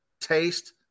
taste